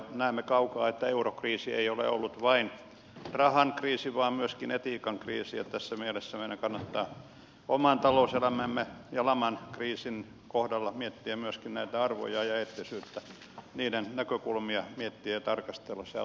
näemme kaukaa että eurokriisi ei ole ollut vain rahan kriisi vaan myöskin etiikan kriisi ja tässä mielessä meidän kannattaa oman talouselämämme ja laman kriisin kohdalla miettiä myöskin näitä arvoja ja eettisyyttä niiden näkökulmia miettiä ja tarkastella